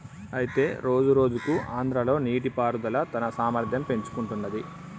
అయితే రోజురోజుకు ఆంధ్రాలో నీటిపారుదల తన సామర్థ్యం పెంచుకుంటున్నది